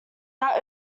that